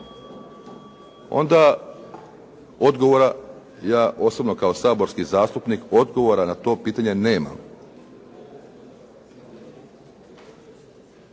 Onda odgovora ja osobno kao saborski zastupnik, odgovora na to pitanje nemam.